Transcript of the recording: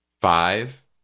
Five